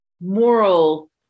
moral